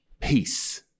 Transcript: Peace